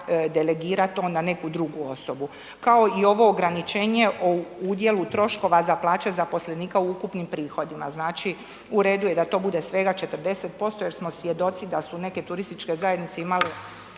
delegira to na neku drugu osobu. Kao i ovo ograničenje o udjelu troškova za plaće zaposlenika u ukupnim prihodima. Znači, u redu je da to bude svega 40% jer smo svjedoci da su neke turističke zajednice imale